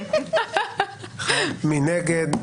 מי נגד?